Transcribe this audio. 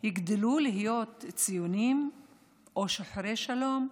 יגדלו להיות ציונים או שוחרי שלום?